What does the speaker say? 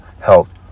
health